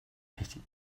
richtig